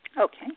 Okay